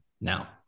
now